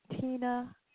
Tina